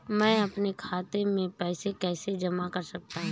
मैं अपने खाते में पैसे कैसे जमा कर सकता हूँ?